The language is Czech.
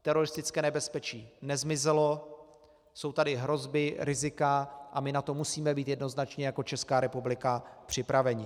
Teroristické nebezpečí nezmizelo, jsou tady hrozby rizika a my na to musíme být jednoznačně jako Česká republika připraveni.